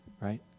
right